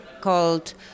called